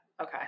okay